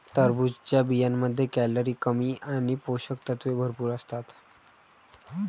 टरबूजच्या बियांमध्ये कॅलरी कमी आणि पोषक तत्वे भरपूर असतात